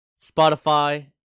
Spotify